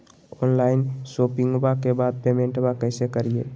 Online शोपिंग्बा के बाद पेमेंटबा कैसे करीय?